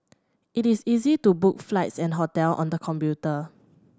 it is easy to book flights and hotel on the computer